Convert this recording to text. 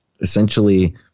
essentially